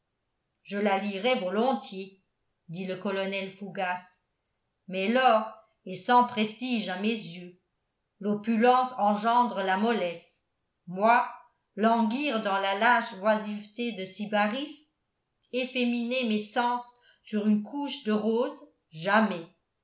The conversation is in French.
je la lirai volontiers dit le colonel fougas mais l'or est sans prestige à mes yeux l'opulence engendre la mollesse moi languir dans la lâche oisiveté de sybaris efféminer mes sens sur une couche de rosés jamais